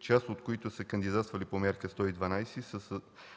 част от които са кандидатствали по Мярка 112